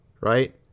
right